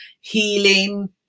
healing